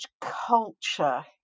culture